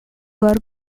worked